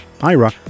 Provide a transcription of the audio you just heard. Ira